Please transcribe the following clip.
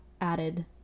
added